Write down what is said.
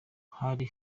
hari